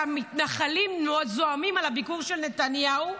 שהמתנחלים מאוד זועמים על הביקור של נתניהו,